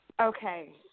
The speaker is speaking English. Okay